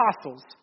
apostles